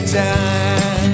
time